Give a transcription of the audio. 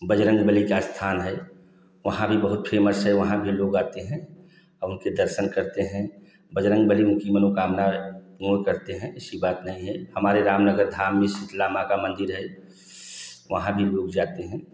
बजरंगबली का स्थान है वहाँ भी बहुत फेमस है वहाँ भी लोग आते हैं और उनके दर्शन करते हैं बजरंगबली उनकी मनोकामना पूर्ण करते हैं ऐसी बात नहीं है हमारे रामनगर धाम में शीतला माँ का मंदिर है वहाँ भी लोग जाते हैं